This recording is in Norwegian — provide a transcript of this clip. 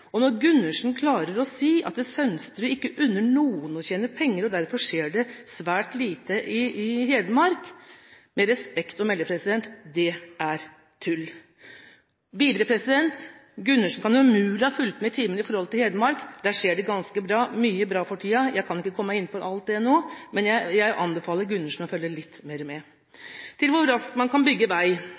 det. Når Gundersen klarer å si at Sønsterud ikke unner noen å tjene penger, og at det derfor skjer svært lite i Hedmark, er det – med respekt å melde – tull. Videre: Gundersen kan umulig ha fulgt med i timen når det gjelder Hedmark. Der skjer det for tiden ganske mye bra. Jeg kan ikke komme inn på alt nå, men jeg anbefaler Gundersen å følge litt mer med. Til hvor raskt man kan bygge vei: